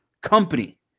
company